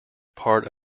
part